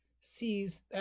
sees